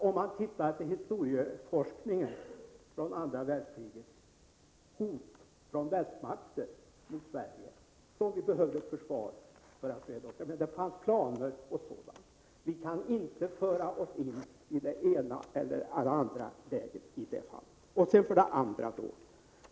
Om man går till historieforskningen från andra världskriget skall man finna att det fanns hot från västmakter, där fanns planer om invasion och liknande. Vi kan i det fallet inte hänföra oss till det ena eller det andra lägret.